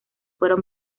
fueron